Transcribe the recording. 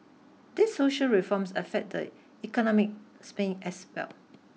these social reforms affect the economic sphere as well